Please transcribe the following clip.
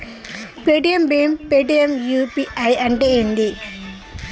Paytm భీమ్ Paytm UPI అంటే ఏంది?